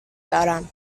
دارم